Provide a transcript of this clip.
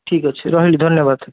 ଠିକ୍ ଅଛି ରହିଲି ଧନ୍ୟବାଦ